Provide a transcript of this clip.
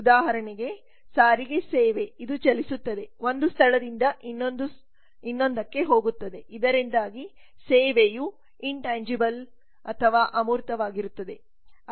ಉದಾಹರಣೆಗಳು ಸಾರಿಗೆ ಸೇವೆ ಇದು ಚಲಿಸುತ್ತಿವೆ ಒಂದು ಸ್ಥಳದಿಂದ ಇನ್ನೊಂದಕ್ಕೆ ಹೋಗುತ್ತವೆ ಇದರಿಂದಾಗಿ ಸೇವೆಯು ಅಮೂರ್ತವಾಗಿರುತ್ತದೆ